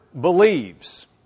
believes